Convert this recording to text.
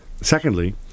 secondly